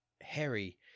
Harry